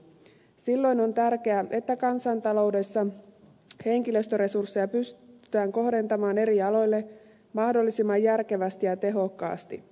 silloin on tärkeää että kansantaloudessa henkilöstöresursseja pystytään kohdentamaan eri aloille mahdollisimman järkevästi ja tehokkaasti